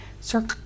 sir